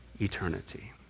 eternity